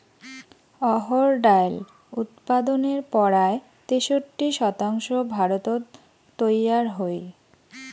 অহর ডাইল উৎপাদনের পরায় তেষট্টি শতাংশ ভারতত তৈয়ার হই